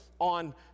on